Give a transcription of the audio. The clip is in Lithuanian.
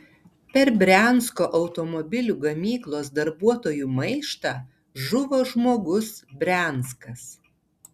per briansko automobilių gamyklos darbuotojų maištą žuvo žmogus brianskas